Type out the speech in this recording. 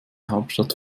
hauptstadt